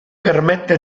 permette